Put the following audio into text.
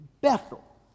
Bethel